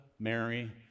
mary